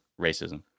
racism